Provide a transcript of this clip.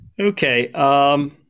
Okay